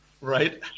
right